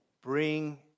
Bring